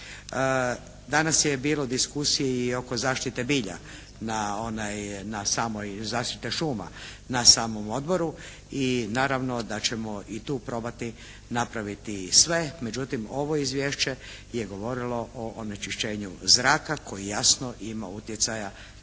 Danas je bilo diskusije i oko zaštite bilja, na samoj zaštiti šuma, na samom odboru i naravno da ćemo i tu probati napraviti i sve. Međutim, ovo izvješće je govorilo o onečišćenju zraka koji jasno ima utjecaja